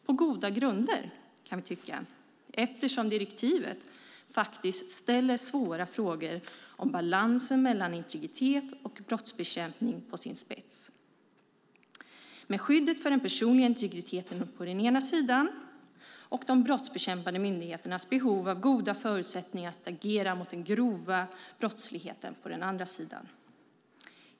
På goda grunder, kan vi tycka, eftersom direktivet faktiskt ställer svåra frågor om balansen mellan integritet och brottsbekämpning på sin spets - med skyddet för den personliga integriteten på den ena sidan och de brottsbekämpande myndigheternas behov av goda förutsättningar att agera mot den grova brottsligheten på den andra sidan.